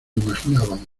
imaginábamos